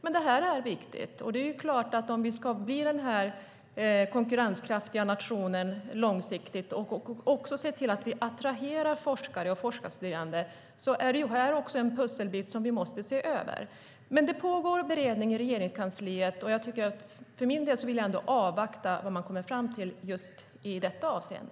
Om vi långsiktigt ska bli en konkurrenskraftig nation och se till att vi attraherar forskare och forskarstuderande är detta en pusselbit som vi måste titta på. Det pågår en beredning i Regeringskansliet. Jag vill avvakta vad man kommer fram till i detta avseende.